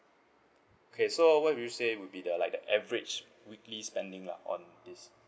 okay so what would you say would be the like the average weekly spending lah on this